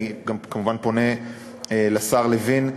אני כמובן פונה לשר לוין,